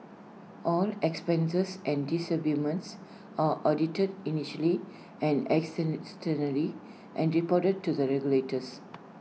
all expenses and disbursements are audited internally and externally and reported to the regulators